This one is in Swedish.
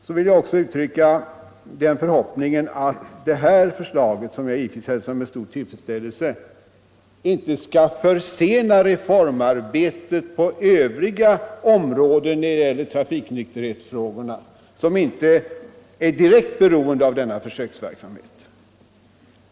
Så vill jag också uttrycka den förhoppningen att det här förslaget, som jag givetvis hälsar med stor tillfredsställelse, inte skall försena reformarbetet på övriga områden som rör trafiknykterhetsfrågorna och som inte är direkt beroende av denna försöksverksamhet.